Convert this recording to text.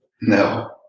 No